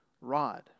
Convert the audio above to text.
rod